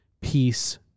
peace